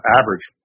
average